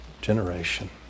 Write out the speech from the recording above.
generation